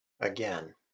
Again